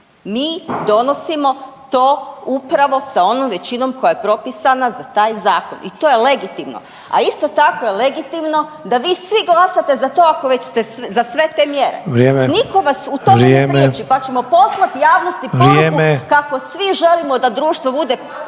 Mi donosimo to upravo sa onom većinom koja je propisana za taj zakon i to je legitimno, a isto tako je legitimno da vi svi glasate za to ako već ste za sve te mjere. …/Upadica: Vrijeme/…. Niko vas u tome ne priječi…/Upadica: Vrijeme/…pa ćemo poslati javnosti poruku …/Upadica: Vrijeme/…kako svi želimo da društvo bude